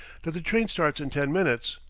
that the train starts in ten minutes,